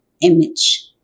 image